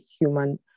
human